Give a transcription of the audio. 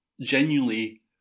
genuinely